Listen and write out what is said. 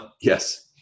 Yes